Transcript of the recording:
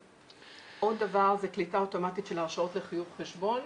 עוד דבר זה קליטה אוטומטית של הרשאות לחיוב חשבון,